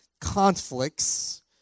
conflicts